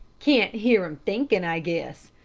can't hear em thinkin, i guess.